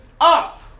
up